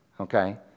okay